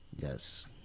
Yes